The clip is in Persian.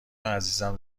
عزیزم